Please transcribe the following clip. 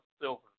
silver